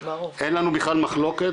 אין לנו בכלל מחלוקת,